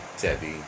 Debbie